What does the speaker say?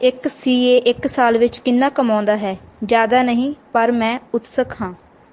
ਇੱਕ ਸੀਏ ਇੱਕ ਸਾਲ ਵਿੱਚ ਕਿੰਨਾ ਕਮਾਉਂਦਾ ਹੈ ਜ਼ਿਆਦਾ ਨਹੀਂ ਪਰ ਮੈਂ ਉਤਸੁਕ ਹਾਂ